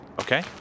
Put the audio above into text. Okay